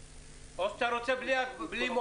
או שאתה רוצה בלי מועד?